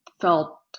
felt